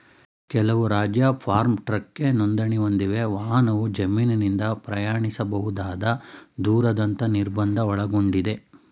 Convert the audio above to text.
ಕೆಲವು ರಾಜ್ಯ ಫಾರ್ಮ್ ಟ್ರಕ್ಗೆ ನೋಂದಣಿ ಹೊಂದಿವೆ ವಾಹನವು ಜಮೀನಿಂದ ಪ್ರಯಾಣಿಸಬಹುದಾದ ದೂರದಂತ ನಿರ್ಬಂಧ ಒಳಗೊಂಡಿದೆ